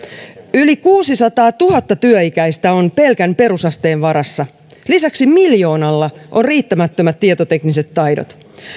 yli kuusisataatuhatta työikäistä on pelkän perusasteen varassa lisäksi miljoonalla on riittämättömät tietotekniset taidot